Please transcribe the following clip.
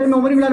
הם אומרים לנו,